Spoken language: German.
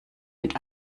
mit